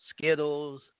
Skittles